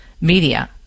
media